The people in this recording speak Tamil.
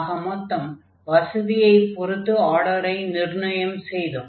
ஆக மொத்தம் வசதியைப் பொருத்து ஆர்டரை நிர்ணயம் செய்தோம்